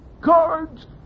cards